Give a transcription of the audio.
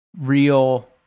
real